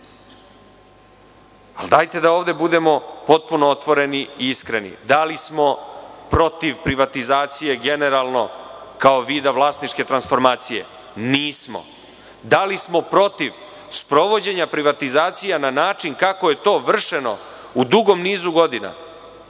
Dajte da ovde budemo potpuno otvoreni i iskreni. Da li smo protiv privatizacije generalno kao vida vlasničke transformacije? Nismo. Da li smo protiv sprovođenja privatizacija na način kako je to vršeno u dugom nizu godina?